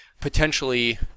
potentially